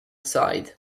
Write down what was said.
side